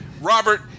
Robert